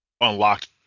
unlocked